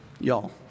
y'all